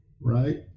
right